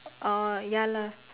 orh ya lah